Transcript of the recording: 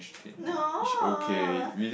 no